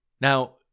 Now